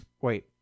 Wait